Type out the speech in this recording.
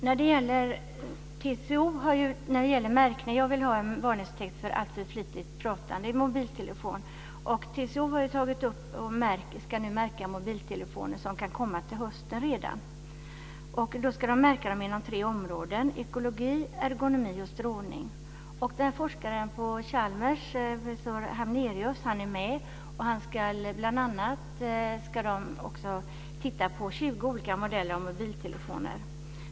När det gäller märkning vill jag ha en varningstext för alltför flitigt pratande i mobiltelefon. TCO ska nu märka mobiltelefoner som kan komma redan till hösten. De ska märkas inom tre områden: ekologi, ergonomi och strålning. Forskaren på Chalmers, Hamnerius, deltar. Man ska titta på 20 olika modeller av mobiltelefoner.